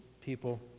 people